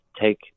take